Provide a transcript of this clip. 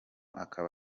akaba